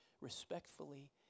respectfully